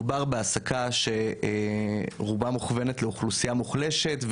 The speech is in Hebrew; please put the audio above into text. מדובר בהעסקה שרובה מוכוונת לאוכלוסייה מוחלשת,